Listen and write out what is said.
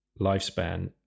lifespan